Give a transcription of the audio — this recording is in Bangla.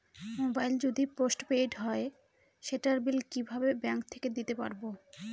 মোবাইল যদি পোসট পেইড হয় সেটার বিল কিভাবে ব্যাংক থেকে দিতে পারব?